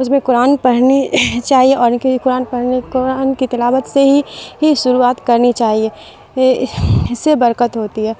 اس میں قرآن پڑھنی چاہیے اور کہ قرآن پڑھنے قرآن کی تلاوت سے ہی ہی شروعات کرنی چاہیے اس سے برکت ہوتی ہے